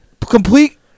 complete